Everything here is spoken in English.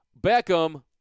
Beckham